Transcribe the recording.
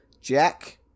Jack